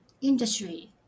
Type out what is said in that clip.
industry